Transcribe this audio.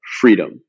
freedom